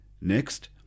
next